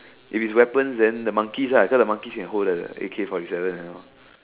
if it's weapons then the monkeys right so the monkeys can hold the A_K-forty-seven and all